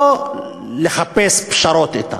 לא לחפש פשרות אתה,